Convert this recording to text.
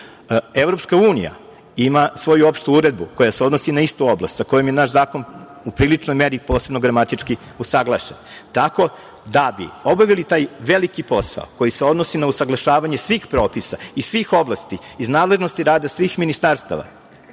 oblast. Evropska unija ima svoju opštu uredbu koja se odnosi na istu oblast, sa kojom je naš zakon u priličnoj meri, posebno gramatički usaglašen. Tako, da bi obavili taj veliki posao koji se odnosi na usaglašavanje svih propisa iz svih oblasti, iz nadležnosti rada svih ministarstava